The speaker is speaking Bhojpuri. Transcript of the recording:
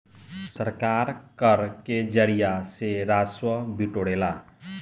सरकार कर के जरिया से राजस्व बिटोरेला